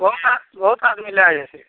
बहुत आदमी बहुत आदमी लै जाइ छै